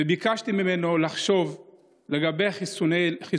בהמשך לנושא הזה,